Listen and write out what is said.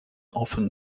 often